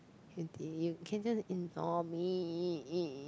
you can just ignore me